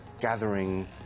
gathering